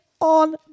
on